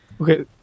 Okay